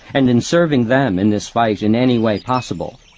and in serving them in this fight in any way possible.